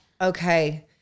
Okay